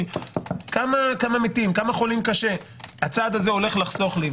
כמה חולים קשה הצעד הזה הולך לחסוך לי.